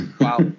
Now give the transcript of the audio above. Wow